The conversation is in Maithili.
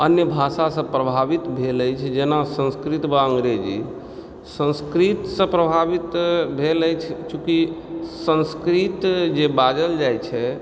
अन्य भाषासॅं प्रभावित भेल अछि जेना संस्कृत वा अंग्रेजी संस्कृतसॅं प्रभावित भेल अछि चूँकि संस्कृत जे बाजल जाइ छै